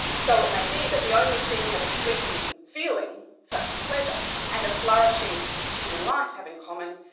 so it may be that the only thing that a fleeting feeling, such as pleasure, and a flourishing human life have in common,